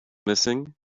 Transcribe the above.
missing